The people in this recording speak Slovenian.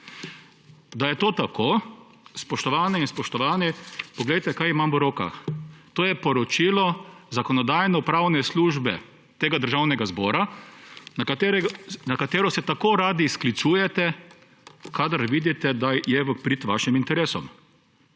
Da je to tako, spoštovane in spoštovani, poglejte, kaj imam v rokah. To je poročilo Zakonodajno-pravne službe Državnega zbora, na katero se tako radi sklicujete, kadar vidite, da je v prid vašim interesom.